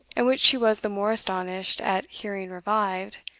and which she was the more astonished at hearing revived,